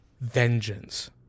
vengeance